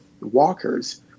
walkers